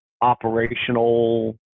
operational